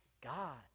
God